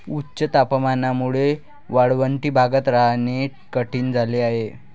उच्च तापमानामुळे वाळवंटी भागात राहणे कठीण झाले आहे